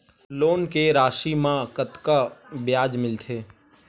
Loan के राशि मा कतका ब्याज मिलथे?